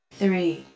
three